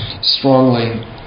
strongly